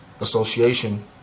association